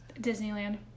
Disneyland